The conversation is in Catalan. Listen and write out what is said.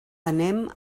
anem